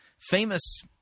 Famous